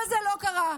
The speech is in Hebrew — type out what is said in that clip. אבל זה לא קרה.